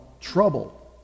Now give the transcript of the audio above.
trouble